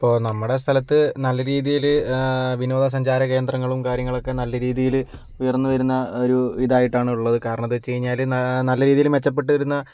ഇപ്പോൾ നമ്മുടെ സ്ഥലത്ത് നല്ല രീതിയില് വിനോദസഞ്ചാരകേന്ദ്രങ്ങളും കാര്യങ്ങളുമൊക്കെ നല്ല രീതിയില് ഉയർന്നുവരുന്ന ഒരു ഇത് ആയിട്ടാണ് ഉള്ളത് കാരണം എന്താന്ന് വെച്ച് കഴിഞ്ഞാല് നല്ല രീതിയില് മെച്ചപ്പെട്ട് വരുന്ന